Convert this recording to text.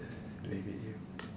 leave it here